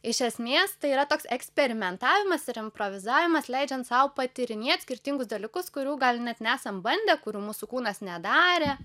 iš esmės tai yra toks eksperimentavimas ir improvizavimas leidžiant sau patyrinėt skirtingus dalykus kurių gal net nesam bandę kurių mūsų kūnas nedarė